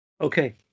okay